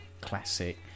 classic